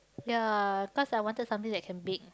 ya cause I wanted something that can bake